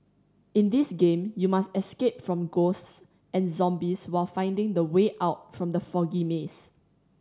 in this game you must escape from ghosts and zombies while finding the way out from the foggy maze